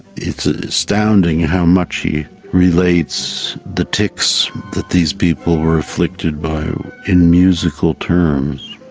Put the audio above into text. it's astounding how much he relates the tics that these people are afflicted by in musical terms.